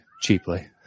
cheaply